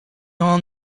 all